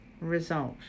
result